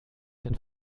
denn